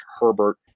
Herbert